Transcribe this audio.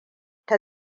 ta